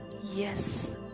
yes